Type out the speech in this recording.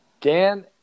Dan